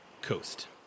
coast